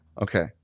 Okay